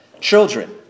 Children